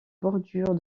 bordure